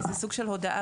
כי זה סוג של הודאה.